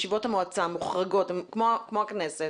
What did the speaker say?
ישיבות המועצה מוחרגות הן כמו הכנסת